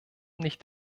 nicht